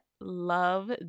love